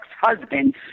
husband